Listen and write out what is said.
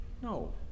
No